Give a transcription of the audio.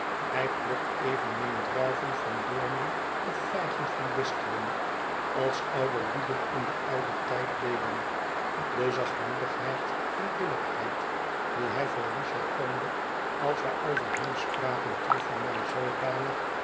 hij plukt evenmin druiven van doornen of vijgen van distelen als oudere lieden in den ouden tijd deden de zachtmoedigheid en billijkheid die hij voor richard toonde als wij over hem spraken troffen mij zoodanig